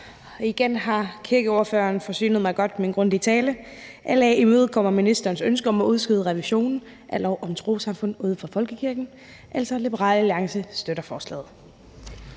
(LA): Tak. Kirkeordføreren har forsynet mig godt med en grundig tale. LA imødekommer ministerens ønske om at udskyde revisionen af lov om trossamfund uden for folkekirken. Liberal Alliance støtter altså forslaget.